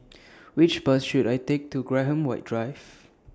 Which Bus should I Take to Graham White Drive